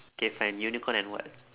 K fine unicorn and what